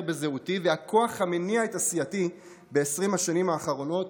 בזהותי והכוח המניע את עשייתי ב-20 השנים האחרונות,